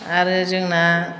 आरो जोंना